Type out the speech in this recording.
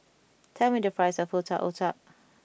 tell me the price of Otak Otak